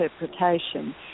interpretation